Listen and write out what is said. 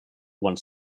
one